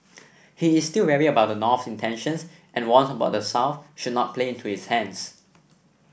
he is still wary about the North intentions and warns about South should not play into its hands